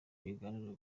ibiganiro